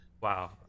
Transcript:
wow